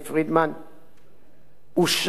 אושרה בממשלה ברוב קולות,